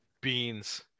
beans